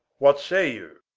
what say you?